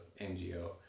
NGO